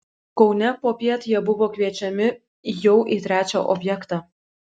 kaune popiet jie buvo kviečiami jau į trečią objektą